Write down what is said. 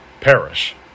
Perish